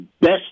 best